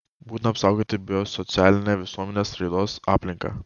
būtina apsaugoti biosocialinę visuomenės raidos aplinką